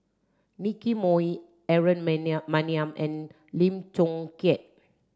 Nicky Moey Aaron Maniam and Lim Chong Keat